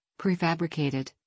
prefabricated